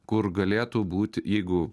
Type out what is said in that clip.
kur galėtų būti jeigu